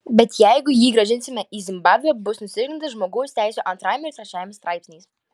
bet jeigu jį grąžinsime į zimbabvę bus nusižengta žmogaus teisių antrajam ir trečiajam straipsniams